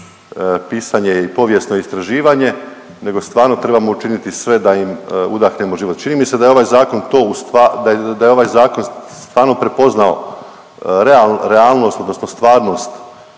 pisanje i povijesno istraživanje nego stvarno trebamo učiniti sve da im udahnemo život. Čini mi se da je ovaj zakon stvarno prepoznao realnost, odnosno stvarnost